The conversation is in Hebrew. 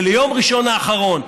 וביום ראשון האחרון,